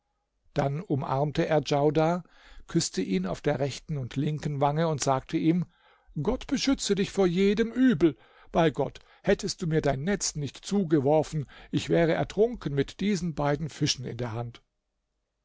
dann umarmte er djaudar küßte ihn auf der rechten und linken wange und sagte ihm gott beschütze dich vor jedem übel bei gott hättest du mir dein netz nicht zugeworfen ich wär ertrunken mit diesen beiden fischen in der hand